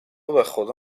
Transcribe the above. بخدا